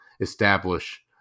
establish